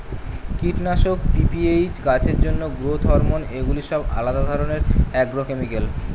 কীটনাশক, পি.পি.এইচ, গাছের জন্য গ্রোথ হরমোন এগুলি সব আলাদা ধরণের অ্যাগ্রোকেমিক্যাল